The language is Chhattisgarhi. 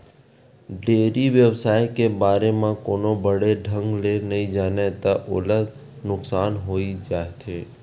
डेयरी बेवसाय के बारे म कोनो बने ढंग ले नइ जानय त ओला नुकसानी होइ जाथे